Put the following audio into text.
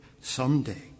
someday